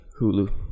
Hulu